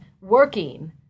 working